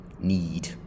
need